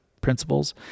principles